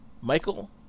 Michael